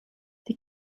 die